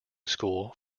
school